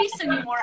anymore